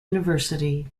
university